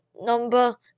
number